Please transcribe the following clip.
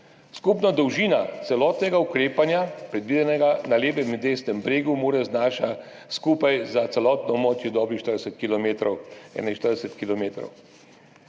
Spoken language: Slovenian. Skupna dolžina celotnega ukrepanja, predvidenega na levem in desnem bregu Mure, znaša skupaj za celotno območje dobrih 40